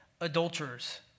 adulterers